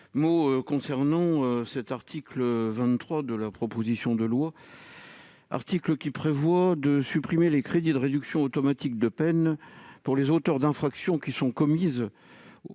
sur l'article. L'article 23 de la proposition de loi prévoit de supprimer les crédits de réduction automatique de peine pour les auteurs d'infractions qui sont commises